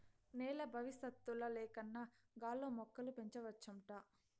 నేల బవిసత్తుల లేకన్నా గాల్లో మొక్కలు పెంచవచ్చంట